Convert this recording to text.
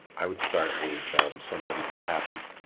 i would start with somebody who's happy.